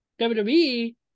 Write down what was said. WWE